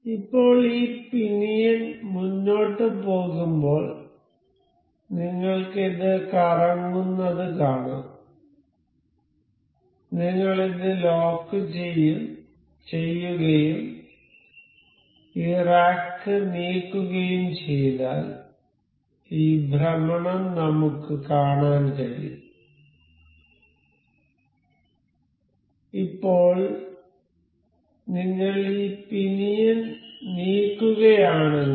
ഇപ്പോൾ ഈ പിനിയൻ മുന്നോട്ട് പോകുമ്പോൾ നിങ്ങൾക്ക് ഇത് കറങ്ങുന്നത് കാണാം നിങ്ങൾ ഇത് ലോക്ക് ചെയ്യുകയും ഈ റാക്ക് നീക്കുകയും ചെയ്താൽ ഈ ഭ്രമണം നമുക്ക് കാണാൻ കഴിയും ഇപ്പോൾ നിങ്ങൾ ഈ പിനിയൻ നീക്കുകയാണെങ്കിൽ